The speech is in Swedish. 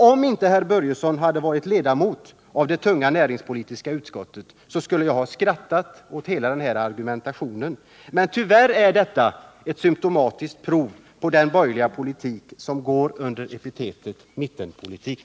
Om inte Fritz Börjesson hade varit ledamot av det tunga näringsutskottet skulle jag ha skrattat åt den här argumentationen. Men tyvärr är den ett symptomatiskt prov på den borgerliga politik som går under epitetet mittenpolitik.